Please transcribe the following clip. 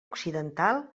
occidental